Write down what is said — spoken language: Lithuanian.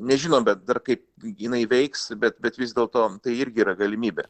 nežinom bet dar kaip jinai veiks bet bet vis dėlto tai irgi yra galimybė